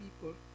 people